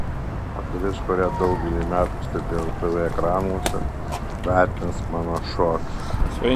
moteris kurią daugelį metų stebėjau tv ekranuose vertins mano šokį